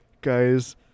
Guys